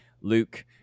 Luke